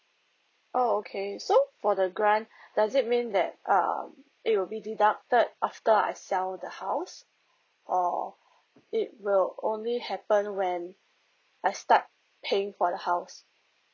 oh okay so for the grant does it mean that um it will be deducted after I sell the house or it will only happen when I start paying for the house